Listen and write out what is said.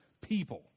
people